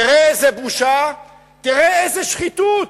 תראה איזה בושה, תראה איזה שחיתות.